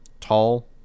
tall